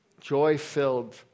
Joy-filled